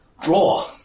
Draw